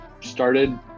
started